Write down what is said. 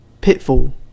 Pitfall